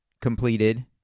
completed